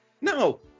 No